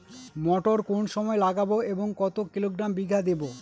মটর কোন সময় লাগাবো বা কতো কিলোগ্রাম বিঘা দেবো?